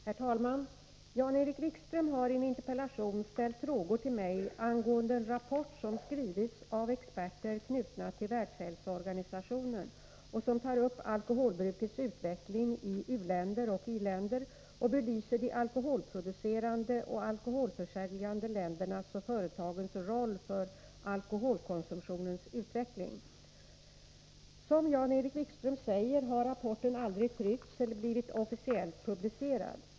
Herr talman! Jan-Erik Wikström har i en interpellation ställt frågor till mig angående en rapport som skrivits av experter knutna till Världshälsoorganisationen och som tar upp alkoholbrukets utveckling i u-länder och i-länder och belyser de alkoholproducerande och alkoholförsäljande ländernas och företagens roll för alkoholkonsumtionens utveckling. Som Jan-Erik Wikström säger, har rapporten aldrig tryckts eller blivit officiellt publicerad.